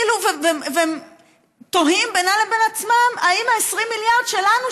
הם תוהים בינם לבין עצמם אם ה-20 מיליארד שלנו,